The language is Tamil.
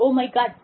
O my God